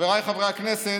חבריי חברי הכנסת,